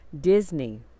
Disney